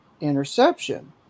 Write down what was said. interception